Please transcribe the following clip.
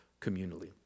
communally